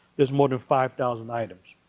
there's more than five thousand items.